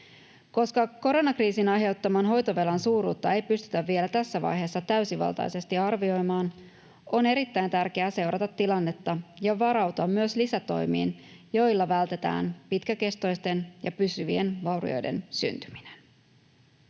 Koska koronakriisin aiheuttaman hoitovelan suuruutta ei pystytä vielä tässä vaiheessa täysivaltaisesti arvioimaan, on erittäin tärkeää seurata tilannetta ja varautua myös lisätoimiin, joilla vältetään pitkäkestoisten ja pysyvien vaurioiden syntyminen.